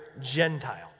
Gentile